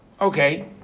Okay